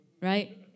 right